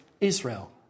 Israel